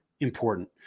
important